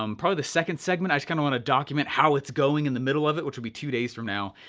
um probably the second segment, i just kinda wanna document how it's going in the middle of it, which'll be two days from now,